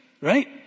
right